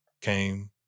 came